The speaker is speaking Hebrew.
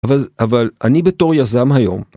אבל אבל אני בתור יזם היום.